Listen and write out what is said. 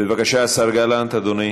בבקשה, השר גלנט, אדוני.